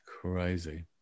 crazy